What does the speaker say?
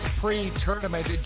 pre-tournament